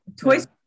toys